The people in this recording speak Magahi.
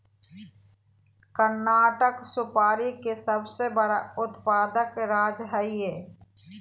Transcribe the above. कर्नाटक सुपारी के सबसे बड़ा उत्पादक राज्य हय